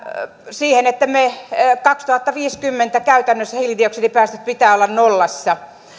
siihen että käytännössä kaksituhattaviisikymmentä hiilidioksidipäästöjen pitää olla nollassa